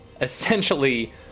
essentially